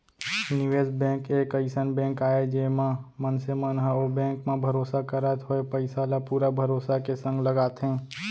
निवेस बेंक एक अइसन बेंक आय जेमा मनसे मन ह ओ बेंक म भरोसा करत होय पइसा ल पुरा भरोसा के संग लगाथे